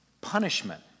punishment